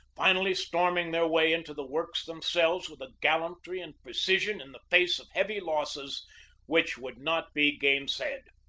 finally storming their way into the works themselves with a gallantry and precision in the face of heavy losses which would not be gainsaid.